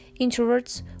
introverts